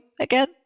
again